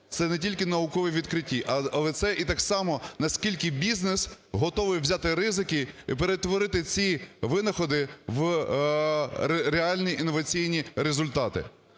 це не тільки наукові відкриття, але це і так само, наскільки бізнес готовий взяти ризики і перетворити ці винаходи у реальні інноваційні результати.